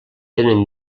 tenen